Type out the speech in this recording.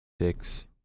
Six